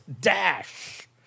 Dash